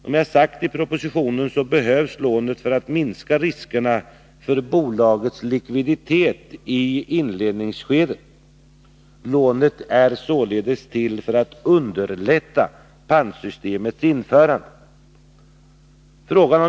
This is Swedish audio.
Som jag har sagt i propositionen behövs lånet för att minska riskerna när det gäller bolagets likviditet i inledningsskedet. Lånet är således till för att underlätta pantsystemets införande.